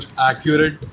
accurate